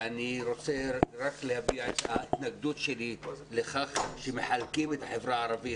אני רוצה להביע את ההתנגדות שלי לכך שבמשרד